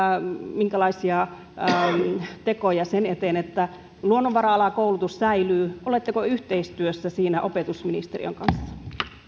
minkälaisia tekoja sen eteen että luonnonvara alakoulutus säilyy oletteko yhteistyössä siinä opetusministeriön kanssa